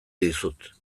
dizut